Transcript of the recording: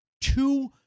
Two